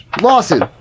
Lawson